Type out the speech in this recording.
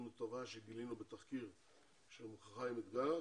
בתופעה שגילינו בתחקיר של חיים אתגר,